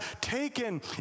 taken